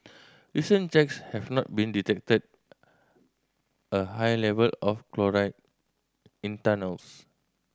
recent checks have not been detected a high level of chloride in tunnels